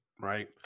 right